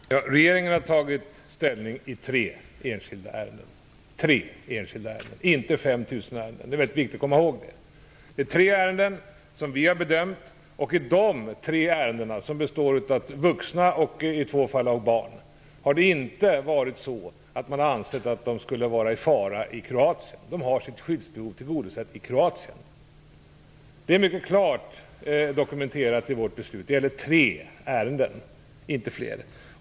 Fru talman! Regeringen har tagit ställning i tre enskilda ärenden och inte i 5 000 ärenden. Det är viktigt att komma ihåg det. Vi har bedömt tre ärenden. De handlade om vuxna och i två fall om barn. Vi har inte ansett att dessa personer skulle vara i fara i Kroatien. De har sitt skyddsbehov tillgodosett i Kroatien. Det är mycket klart dokumenterat i vårt beslut. Det gäller alltså tre ärenden, inte fler.